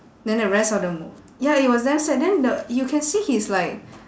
then the rest of the mo~ ya it was damn sad then the you can see he's like